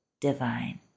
divine